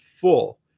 full